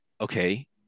okay